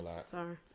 Sorry